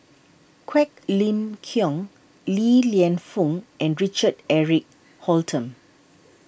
Quek Ling Kiong Li Lienfung and Richard Eric Holttum